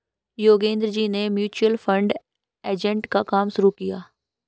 योगेंद्र जी ने mutual fund agent का काम शुरू किया है